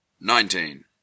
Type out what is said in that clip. Nineteen